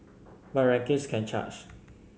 but rankings can charge